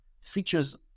features